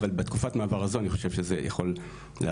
אבל בתקופת מעבר הזו אני חושב שזה יוכל לעזור.